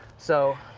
so,